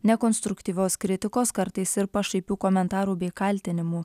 nekonstruktyvios kritikos kartais ir pašaipių komentarų bei kaltinimų